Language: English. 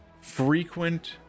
frequent